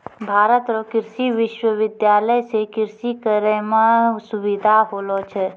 भारत रो कृषि विश्वबिद्यालय से कृषि करै मह सुबिधा होलो छै